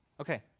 Okay